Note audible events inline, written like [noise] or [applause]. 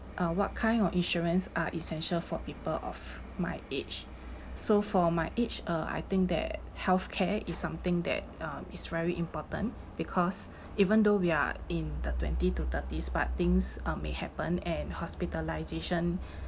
uh what kind of insurance are essential for people of my age so for my age uh I think that healthcare is something that uh is very important because [breath] even though we are in the twenty to thirties but things um may happen and hospitalisation